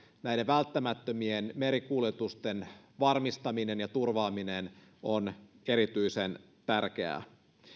näiden välttämättömien merikuljetusten varmistaminen ja turvaaminen on erityisen tärkeää